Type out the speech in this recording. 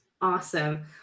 awesome